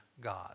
God